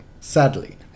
Sadly